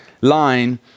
line